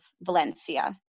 Valencia